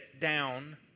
down